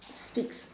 speaks